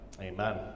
Amen